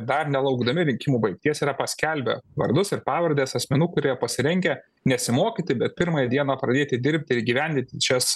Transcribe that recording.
dar nelaukdami rinkimų baigties yra paskelbę vardus ir pavardes asmenų kurie pasirengę nesimokyti bet pirmąją dieną pradėti dirbti ir įgyvendinti šias